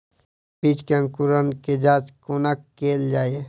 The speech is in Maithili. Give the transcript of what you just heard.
बीज केँ अंकुरण केँ जाँच कोना केल जाइ?